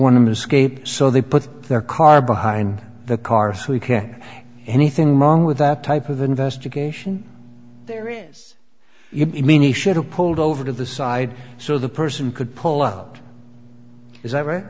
want to escape so they put their car behind the car so we can anything wrong with that type of investigation there is you mean he should have pulled over to the side so the person could pull out is that right